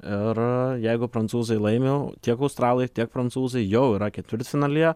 ir jeigu prancūzai laimi tiek australai tiek prancūzai jau yra ketvirtfinalyje